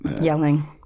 yelling